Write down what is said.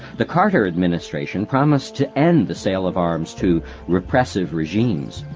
the carter administration promised to end the sale of arms to repressive regimes,